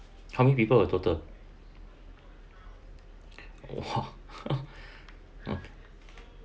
how many people oh total !wah! oh